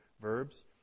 verbs